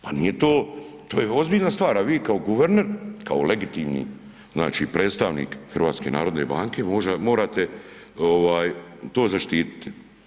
Pa nije to, to je ozbiljna stvar, a vi kao guverner, kao legitimni znači predstavnik HNB-a morate ovaj to zaštiti.